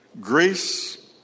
grace